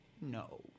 No